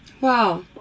Wow